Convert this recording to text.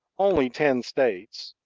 only ten states,